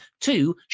Two